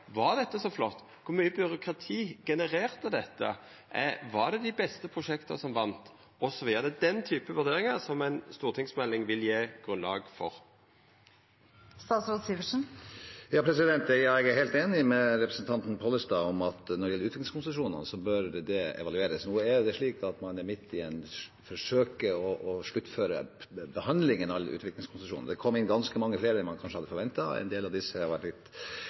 dette var så flott, kor mykje byråkrati dette genererte, om det var dei beste prosjekta som vann, osv. Det er den typen vurderingar som ei stortingsmelding vil gje grunnlag for. Jeg er helt enig med representanten Pollestad i at når det gjelder utviklingskonsesjonene, bør det evalueres. Nå er det slik at man forsøker å sluttføre behandlingen av alle utviklingskonsesjonene. Det kom inn ganske mange flere enn man kanskje hadde forventet. For en del av disse har